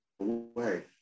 away